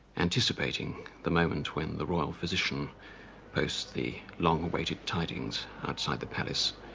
anticipating the moment when the royal physician posts the long awaited tidings outside the palace.